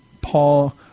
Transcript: Paul